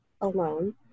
alone